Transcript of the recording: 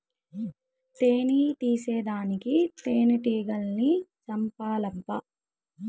తేని తీసేదానికి తేనెటీగల్ని సంపాలబ్బా